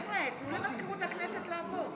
חבר'ה, תנו למזכירות הכנסת לעבוד.